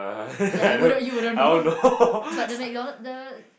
ya you wouldn't you wouldn't know but the McDonald's the